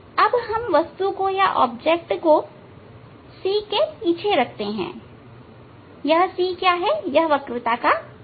अब वस्तु को C के पीछे रखते हैं यह C वक्रता का केंद्र है